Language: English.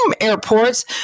airports